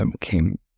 came